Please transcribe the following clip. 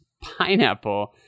pineapple